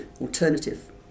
Alternative